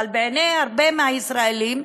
אבל בעיני הרבה מהישראלים,